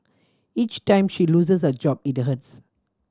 each time she loses a job it hurts